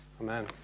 Amen